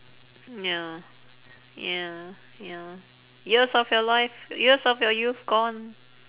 ya ya ya years of your life years of your youth gone